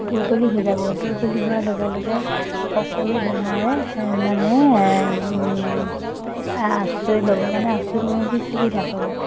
দুৰ্বলী হৈ যাব দুৰ্বলী হোৱাৰ লগে লগে সকলো বেমাৰে মানে আশ্ৰই ল'ব মানে আশ্ৰয় ল'ব নেকি সুবিধা পাব